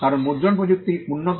কারণ মুদ্রণ প্রযুক্তি উন্নত